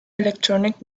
electronic